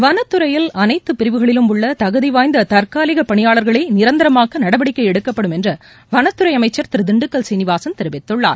வனத்துறையில் அனைத்து பிரிவுகளிலும் உள்ள தகுதி வாய்ந்த தற்காலிக பணியாள்களை நிரந்தரமாக்க நடவடிக்கை எடுக்கப்படும் என்று வனத்துறை அமைச்ச் திரு திண்டுக்கல் சீனிவாசன் தெரிவித்துள்ளார்